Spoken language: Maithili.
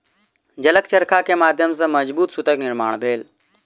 जलक चरखा के माध्यम सॅ मजबूत सूतक निर्माण भेल